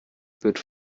wird